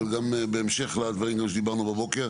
אבל גם בהמשך לדברים גם שדיברנו בבוקר.